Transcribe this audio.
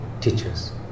teachers